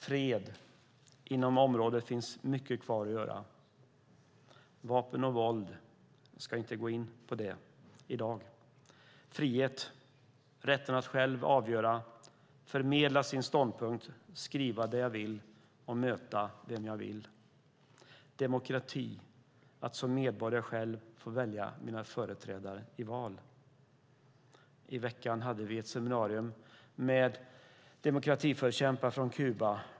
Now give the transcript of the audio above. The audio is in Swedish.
Fred är ett område där det finns mycket kvar att göra. Jag ska inte gå in på vapen och våld i dag. Frihet, rätten att själv avgöra, förmedla sin ståndpunkt, skriva det man vill och möta vem man vill är ett annat viktigt område. Demokrati - det handlar om att som medborgare själv få välja sina företrädare i val. I veckan hade vi ett seminarium med demokratiförkämpar från Kuba.